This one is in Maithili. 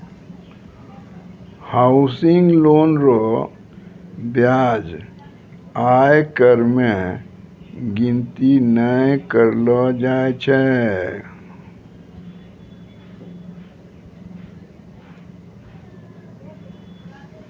हाउसिंग लोन रो ब्याज आयकर मे गिनती नै करलो जाय छै